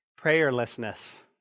prayerlessness